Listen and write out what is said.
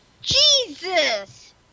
Jesus